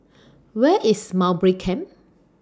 Where IS Mowbray Camp